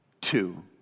two